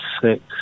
six